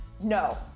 No